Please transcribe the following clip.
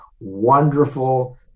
wonderful